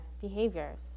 behaviors